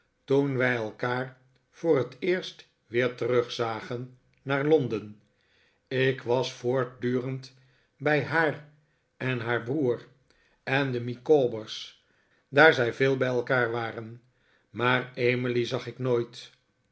toen wij elkaar voor het eerst weer terugzagen naar londen ik was voortdurend bij haar en haar broer en de micawber's daar zij veel bij elkaar waren maar emily zag ik nooit